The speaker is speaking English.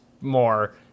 more